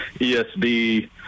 ESB